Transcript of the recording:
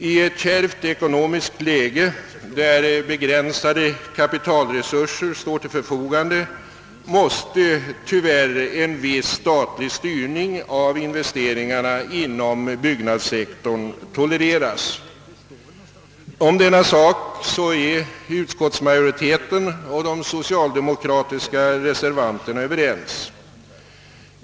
I ett kärvt ekonomiskt läge då begränsade kapitalresurser står till förfogande måste tyvärr en viss statlig styrning av investeringarna inom byggnadssektorn tolereras. Om denna sak är utskottsmajoriteten och de socialdemokratiska reservanterna Överens.